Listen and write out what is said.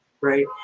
right